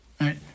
right